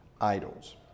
idols